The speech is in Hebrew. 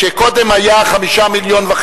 שקודם היה 5.5 מיליון,